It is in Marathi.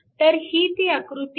तर ही ती आकृती आहे